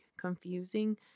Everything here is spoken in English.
confusing